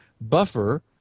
buffer